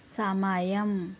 సమయం